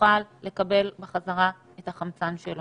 יוכל לקבל בחזרה את החמצן לו